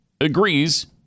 agrees